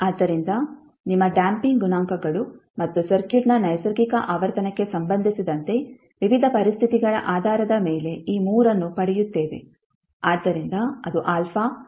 ಆದ್ದರಿಂದ ನಿಮ್ಮ ಡ್ಯಾಂಪಿಂಗ್ ಗುಣಾಂಕಗಳು ಮತ್ತು ಸರ್ಕ್ಯೂಟ್ನ ನೈಸರ್ಗಿಕ ಆವರ್ತನಕ್ಕೆ ಸಂಬಂಧಿಸಿದಂತೆ ವಿವಿಧ ಪರಿಸ್ಥಿತಿಗಳ ಆಧಾರದ ಮೇಲೆ ಈ 3 ಅನ್ನು ಪಡೆಯುತ್ತೇವೆ ಆದ್ದರಿಂದ ಅದು α ಮತ್ತು ಆಗಿದೆ